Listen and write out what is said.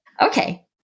okay